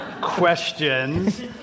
Questions